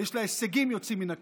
ויש לה הישגים יוצאים מן הכלל.